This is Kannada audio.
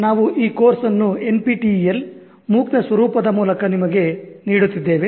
ನಾವು ಈ ಕೋರ್ಸ್ ಅನ್ನು NPTEL MOOC ನ ಸ್ವರೂಪದ ಮೂಲಕ ನಿಮಗೆ ನೀಡುತ್ತಿದ್ದೇವೆ